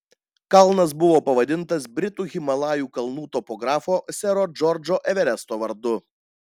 kalnas buvo pavadintas britų himalajų kalnų topografo sero džordžo everesto vardu